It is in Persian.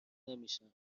نمیشن